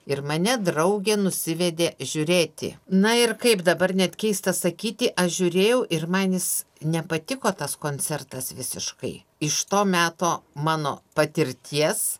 ir mane draugė nusivedė žiūrėti na ir kaip dabar net keista sakyti aš žiūrėjau ir man jis nepatiko tas koncertas visiškai iš to meto mano patirties